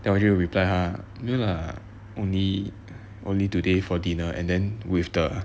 then 我就 reply 她 no lah only only today for dinner and then with the